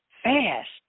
Fast